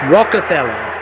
Rockefeller